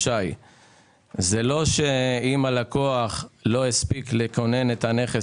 זה לא שאם הלקוח לא הספיק לכונן את הנכס